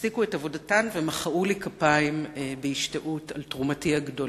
הפסיקו את עבודתן ומחאו לי כפיים בהשתאות צייתנית על תרומתי הגדולה.